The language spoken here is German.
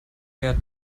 der